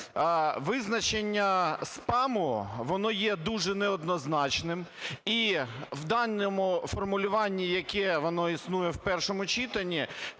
визначення "спаму", воно є дуже неоднозначним. І в даному формулюванні, яке воно існує в першому читанні,